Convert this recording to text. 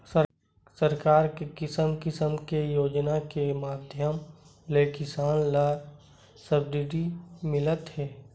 सरकार के किसम किसम के योजना के माधियम ले किसान ल सब्सिडी मिलत हे